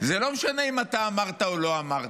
זה לא משנה אם אתה אמרת או לא אמרת.